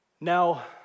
Now